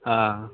ꯑꯥ